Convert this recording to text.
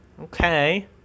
Okay